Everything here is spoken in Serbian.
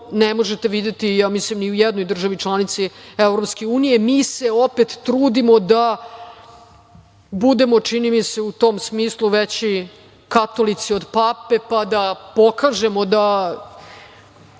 To ne možete videti, ja mislim, ni u jednoj državi članice EU.Mi se opet trudimo da budemo, čini mi se u tom smislu veći katolici od Pape, pa da pokažemo da